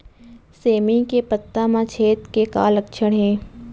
सेमी के पत्ता म छेद के का लक्षण हे?